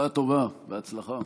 (חותם על ההצהרה)